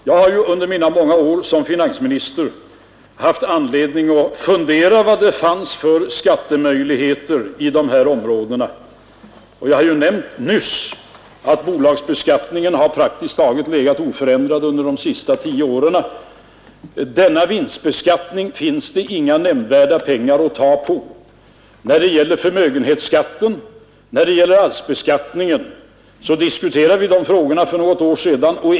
Jag har ju under mina många år som finansminister haft anledning att fundera över vad det fanns för skattemöjligheter i dessa områden, och jag har ju nämnt nyss att bolagsbeskattningen praktiskt taget legat oförändrad under de sista tio åren. Denna vinstbeskattning finns det inga nämnvärda pengar att ta på. När det gäller förmögenhetsskatten och när det gäller arvsbeskattningen så diskuterade vi de frågorna för något år sedan.